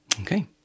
Okay